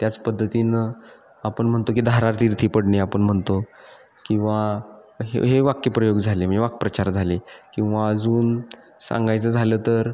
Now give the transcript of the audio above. त्याच पद्धतीनं आपण म्हणतो की धारातीर्थी पडणे आपण म्हणतो किंवा हे हे वाक्यप्रयोग झाले म्हणजे वाक्प्रचार झाले किंवा अजून सांगायचं झालं तर